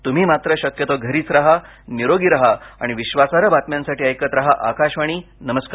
तुम्ही मात्र शक्यतो घरीच राहा निरोगी राहा आणि विश्वासार्ह बातम्यांसाठी ऐकत राहा आकाशवाणी नमस्कार